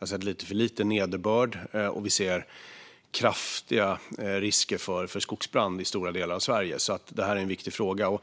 har sett lite för lite nederbörd. Vi ser kraftiga risker för skogsbränder i stora delar av Sverige, så detta är en viktig fråga.